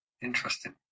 Interesting